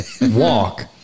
Walk